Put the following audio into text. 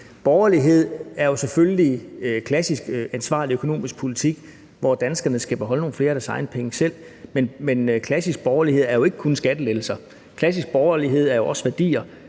Borgerlighed er selvfølgelig klassisk ansvarlig økonomisk politik, hvor danskerne skal beholde nogle flere af deres egne penge selv, men klassisk borgerlighed er jo ikke kun skattelettelser. Klassisk borgerlighed er også værdier,